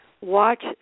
watch